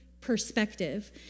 perspective